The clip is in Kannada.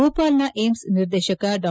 ಭೂಪಾಲ್ನ ಏಮ್ಸ್ ನಿರ್ದೇಶಕ ಡಾ